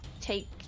take